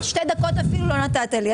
אני חושבת שזאת הצהרת מדיניות מאוד ברורה.